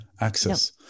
access